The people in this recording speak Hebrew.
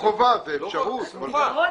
זה לא חובה, סמוכה.